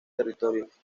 territorios